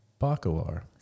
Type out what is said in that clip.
Bacalar